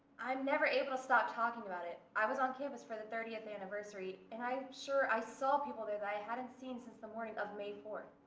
i'm never able to stop talking about it. i was on campus for the thirtieth anniversary, and i'm sure i saw people there that i hadn't seen since the morning of may fourth.